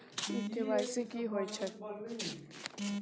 इ के.वाई.सी की होय छै?